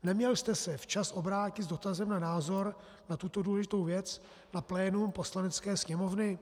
Neměl jste se včas obrátit s dotazem na názor na tuto důležitou věc na plénum Poslanecké sněmovny?